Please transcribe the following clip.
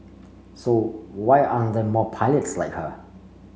so why aren't there more pilots like her